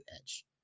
Edge